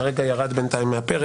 וכרגע ירד מהפרק,